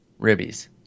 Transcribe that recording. ribbies